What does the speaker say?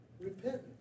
repentance